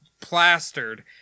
plastered